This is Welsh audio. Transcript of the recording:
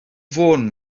fôn